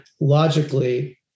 logically